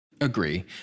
Agree